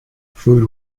food